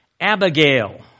Abigail